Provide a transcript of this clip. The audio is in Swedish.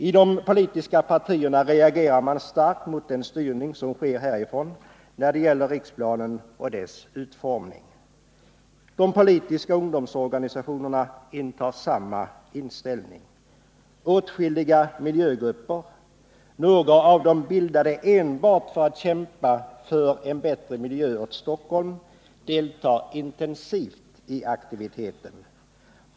I de politiska partierna reagerar man starkt mot den styrning som sker från riksdagen när det gäller Riksplan och dess utformning. De politiska ungdomsorganisationerna intar samma inställning. Åtskilliga miljögrupper — några av dem bildade enbart för att kämpa för en bättre miljö i Stockholm — deltar intensivt i aktiviteten.